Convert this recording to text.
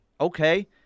okay